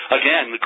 again